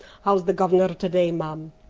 how's the gov'nor to-day, ma'am?